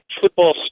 football